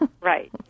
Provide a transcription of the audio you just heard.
Right